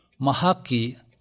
mahaki